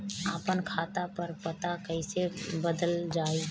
आपन खाता पर पता कईसे बदलल जाई?